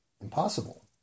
impossible